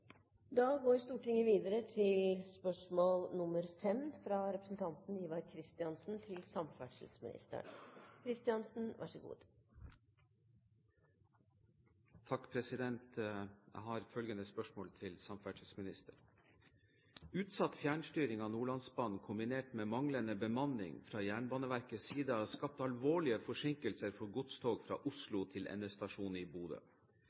Jeg har følgende spørsmål til samferdselsministeren: «Utsatt fjernstyring av Nordlandsbanen kombinert med manglende bemanning fra Jernbaneverkets side har skapt alvorlige forsinkelser for godstog fra Oslo til endestasjon i Bodø.